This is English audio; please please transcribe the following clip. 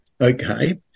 okay